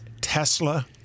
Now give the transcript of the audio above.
Tesla